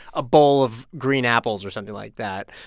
a bowl of green apples or something like that.